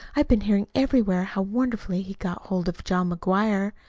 i've been hearing everywhere how wonderfully he got hold of john mcguire.